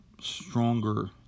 stronger